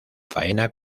faena